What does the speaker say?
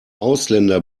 ausländer